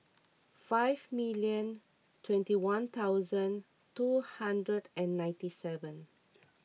five million twenty one thousand two hundred and ninety seven